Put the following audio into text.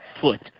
foot